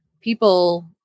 people